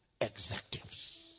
executives